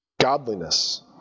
Godliness